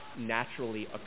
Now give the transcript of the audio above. naturally